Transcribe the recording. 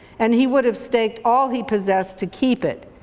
and he would have staked all he possessed to keep it.